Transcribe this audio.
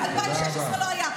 אורנה, אין לנו רוב בוועדה.